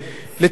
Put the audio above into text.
לצערי,